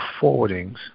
forwardings